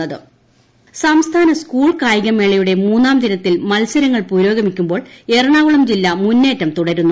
പ്ര ട്ടടടട സംസ്ഥാന സ്കൂൾ കായികമേള സംസ്ഥാന സ്കൂൾ കായികമേളയുടെ മൂന്നാം ദിനത്തിൽ മത്സ രങ്ങൾ പുരോഗമിക്കുമ്പോൾ എറണാകുളം ജില്ല മുന്നേറ്റം തുട രുന്നു